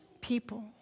people